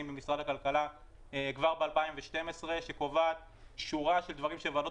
במשרד הכלכלה כבר ב-2012 שקובעת שורה של דברים שוועדות